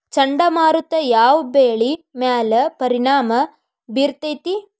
ಚಂಡಮಾರುತ ಯಾವ್ ಬೆಳಿ ಮ್ಯಾಲ್ ಪರಿಣಾಮ ಬಿರತೇತಿ?